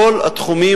בשנייה.